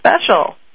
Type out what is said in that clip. special